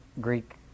Greek